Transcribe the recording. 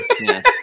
Yes